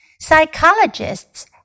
Psychologists